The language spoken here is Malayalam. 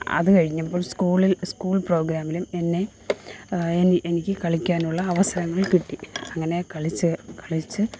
അത് കഴിഞ്ഞപ്പോൾ സ്കൂളിൽ സ്കൂൾ പ്രോഗ്രാമിനും എന്നെ എനിക്ക് കളിക്കാനുള്ള അവസരങ്ങൾ കിട്ടി അങ്ങനെ കളിച്ച് കളിച്ച്